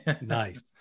Nice